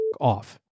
off